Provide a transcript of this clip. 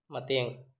ꯃꯇꯦꯡ